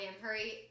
hurry